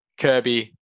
Kirby